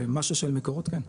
מה של מקורות, כן.